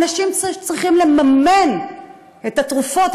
אנשים שצריכים לממן את התרופות.